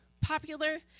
popular